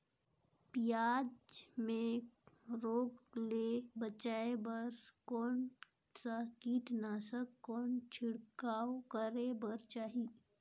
पियाज मे रोग ले बचाय बार कौन सा कीटनाशक कौन छिड़काव करे बर चाही?